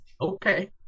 okay